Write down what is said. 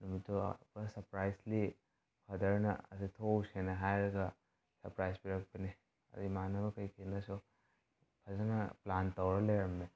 ꯅꯨꯃꯤꯠꯇꯣ ꯄꯨꯔꯥ ꯁꯔꯄ꯭ꯔꯥꯏꯁꯂꯤ ꯐꯥꯗꯔꯅ ꯑꯗꯥ ꯊꯣꯛꯎꯁꯦꯅ ꯍꯥꯏꯔꯒ ꯁꯔꯄ꯭ꯔꯥꯏꯁ ꯄꯤꯔꯛꯄꯅꯤ ꯑꯗ ꯏꯃꯥꯟꯅꯕ ꯀꯩꯀꯩꯅꯁꯨ ꯐꯖꯅ ꯄ꯭ꯂꯥꯟ ꯇꯧꯔ ꯂꯩꯔꯝꯃꯦ